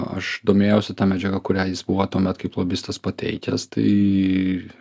aš domėjausi ta medžiaga kurią jis buvo tuomet kaip lobistas pateikęs tai